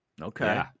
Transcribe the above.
Okay